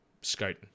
scouting